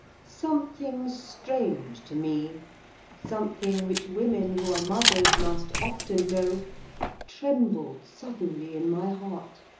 something strange to me something which women who are mothers must often know trembled suddenly in my heart,